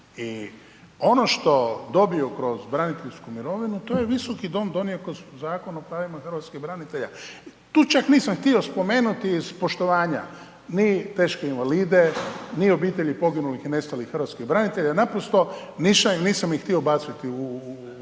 I ono što dobiju kroz braniteljsku mirovinu to je Visoki dom donio kroz Zakon o pravima hrvatskih branitelja. Tu čak nisam htio spomenuti iz poštovanja ni teške invalide, ni obitelji poginulih i nestalih hrvatskih branitelja naprosto nisam ih htio ubaciti u, jer